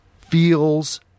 feels